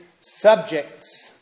subjects